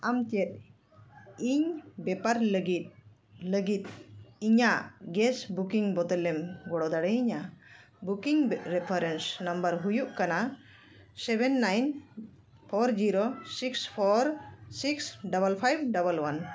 ᱟᱢ ᱪᱮᱫ ᱤᱧ ᱵᱮᱯᱟᱨ ᱞᱟᱹᱜᱤᱫ ᱤᱧᱟᱹᱜ ᱜᱮᱥ ᱵᱩᱠᱤᱝ ᱵᱚᱫᱚᱞᱮᱢ ᱜᱚᱲᱚ ᱫᱟᱲᱮᱭᱤᱧᱟ ᱵᱩᱠᱤᱝ ᱨᱮᱯᱷᱟᱨᱮᱱᱥ ᱱᱟᱢᱵᱟᱨ ᱦᱩᱭᱩᱜ ᱠᱟᱱᱟ seven nine four zero six four six double five double one